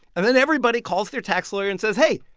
and then everybody calls their tax lawyer and says, hey,